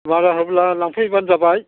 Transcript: मारा होब्ला लांफैबानो जाबाय